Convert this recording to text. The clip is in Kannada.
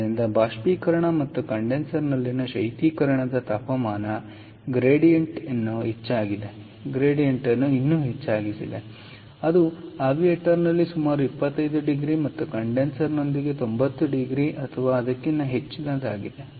ಆದ್ದರಿಂದ ಬಾಷ್ಪೀಕರಣ ಮತ್ತು ಕಂಡೆನ್ಸರ್ನಲ್ಲಿನ ಶೈತ್ಯೀಕರಣದ ತಾಪಮಾನ ಗ್ರೇಡಿಯಂಟ್ ಇನ್ನೂ ಹೆಚ್ಚಾಗಿದೆ ಅದು ಆವಿಯೇಟರ್ನಲ್ಲಿ ಸುಮಾರು 25 ಡಿಗ್ರಿ ಮತ್ತು ಕಂಡೆನ್ಸರ್ನೊಂದಿಗೆ 90 ಡಿಗ್ರಿ ಅಥವಾ ಅದಕ್ಕಿಂತ ಹೆಚ್ಚಿನದಾಗಿದೆ